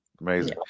amazing